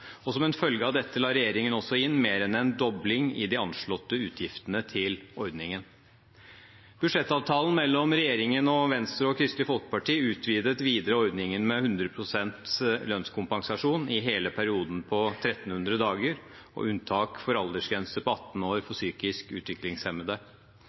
barn. Som en følge av dette la regjeringen også inn mer enn en dobling i de anslåtte utgiftene til ordningen. Budsjettavtalen mellom regjeringen og Venstre og Kristelig Folkeparti utvidet videre ordningen med 100 pst. lønnskompensasjon i hele perioden på 1 300 dager, og unntak for aldersgrense på 18 år